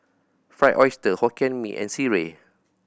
Fried Oyster Hokkien Mee and sireh